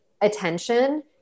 attention